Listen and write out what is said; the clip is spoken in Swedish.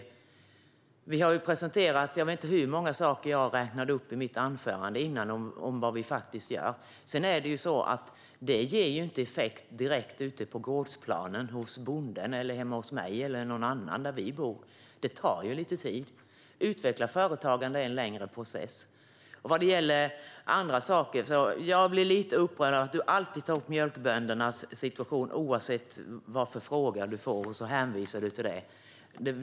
Jag vet inte hur många saker som vi gör som jag räknade upp i mitt anförande. Det är dock så att detta inte ger omedelbar effekt ute på gårdsplanen hos bonden eller hemma hos mig eller någon annan där vi bor, utan det tar lite tid. Att utveckla företagande är en längre process. Jag blir lite upprörd över att du alltid tar upp mjölkböndernas situation - oavsett vilken fråga du får hänvisar du till detta.